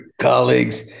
colleagues